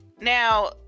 now